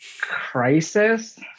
Crisis